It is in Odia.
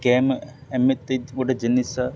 ଗେମ୍ ଏମିତି ଗୋଟିଏ ଜିନିଷ